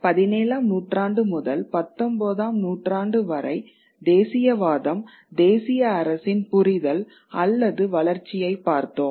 17 ஆம் நூற்றாண்டு முதல் 19 ஆம் நூற்றாண்டு வரை தேசியவாதம் தேசிய அரசின் புரிதல் அல்லது வளர்ச்சியைப் பார்த்தோம்